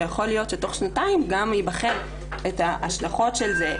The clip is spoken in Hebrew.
יכול להיות שתוך שנתיים גם ייבחנו ההשלכות של זה,